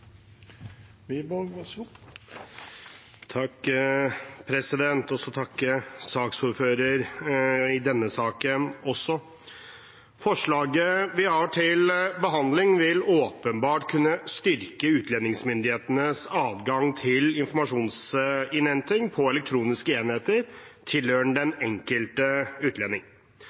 takke saksordføreren i denne saken også. Forslaget vi har til behandling, vil åpenbart kunne styrke utlendingsmyndighetenes adgang til informasjonsinnhenting på elektroniske enheter tilhørende den enkelte utlending.